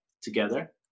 together